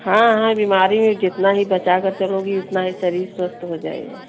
हाँ हाँ बीमारी में जितना ही बचा कर चलोगी उतना ही शरीर स्वस्थ हो जाएगा